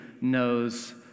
knows